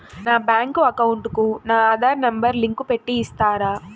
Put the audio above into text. నా bank account కు నా ఆధార్ నెంబర్ లింకు పెట్టి ఇస్తారా?